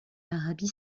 arabie